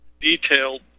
detailed